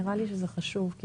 נראה לי שזה חשוב.